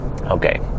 Okay